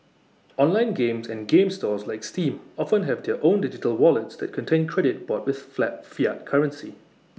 online games and game stores like steam often have their own digital wallets that contain credit bought with flat fiat currency